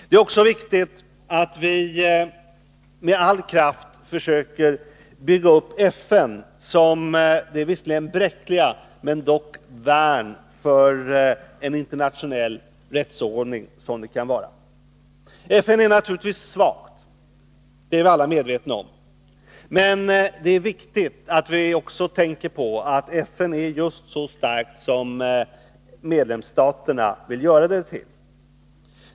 Det är också angeläget att vi med all kraft försöker bygga upp FN som det visserligen bräckliga värn, men dock värn, för en internationell rättsordning som FN kan vara. FN är naturligtvis svagt — det är vi alla medvetna om. Men det är betydelsefullt att vi tänker på att FN är just så starkt som medlemsstaterna vill göra det till.